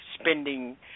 spending